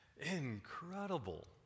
Incredible